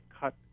cut